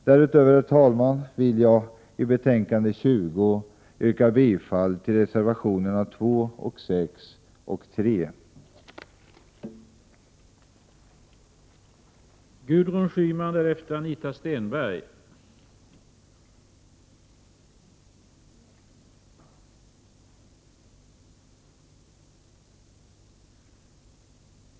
Dessutom vill jag, herr talman, yrka bifall till reservationerna 2, 3 och 6 i betänkande 20.